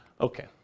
Okay